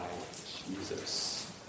Jesus